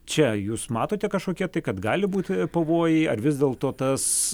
čia jūs matote kažkokie tai kad gali būti pavojai ar vis dėlto tas